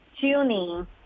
tuning